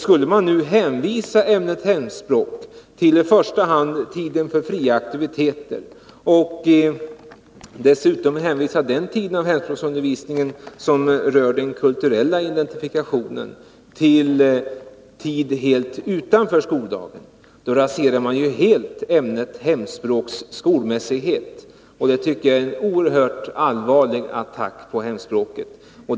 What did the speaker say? Skulle man nu hänvisa hemspråksundervisningen till i första hand tiden för fria aktiviteter och dessutom hänvisa undervisningen när det gäller den kulturella identifikationen till tid helt utanför skoldagen, raserade man helt hemspråksundervisningens skolmässighet, och det tycker jag är en oerhört allvarlig attack mot hemspråksundervisningen.